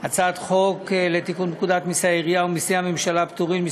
הצעת חוק לתיקון פקודת מסי העירייה ומסי הממשלה (פטורין) (מס' 27),